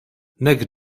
nek